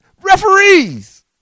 referees